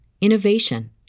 innovation